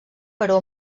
però